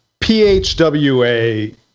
PHWA